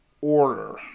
order